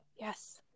yes